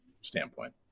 standpoint